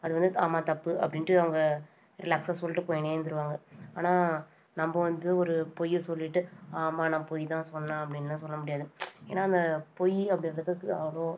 அது வந்து ஆமாம் தப்பு அப்படின்ட்டு அவங்க ரிலாக்ஸாக சொல்லிட்டு போயின்னே இருந்திருவாங்க ஆனால் நம்ம வந்து ஒரு பொய்யை சொல்லிட்டு ஆமாம் நான் பொய்தான் சொன்னேன் அப்படின்லாம் சொல்ல முடியாது ஏன்னா அந்த பொய் அப்படின்றதுக்கு அவ்வளோ